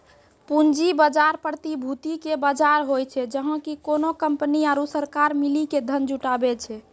पूंजी बजार, प्रतिभूति के बजार होय छै, जहाँ की कोनो कंपनी आरु सरकार मिली के धन जुटाबै छै